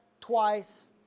twice